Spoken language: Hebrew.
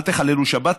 אל תחללו שבת,